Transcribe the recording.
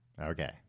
okay